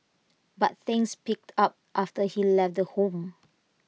but things picked up after he left the home